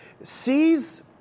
sees